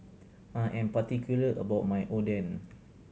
I am particular about my Oden